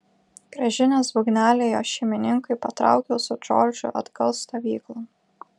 grąžinęs būgnelį jo šeimininkui patraukiau su džordžu atgal stovyklon